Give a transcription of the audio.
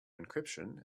encryption